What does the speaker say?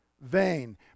vain